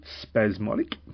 spasmodic